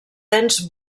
dens